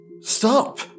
Stop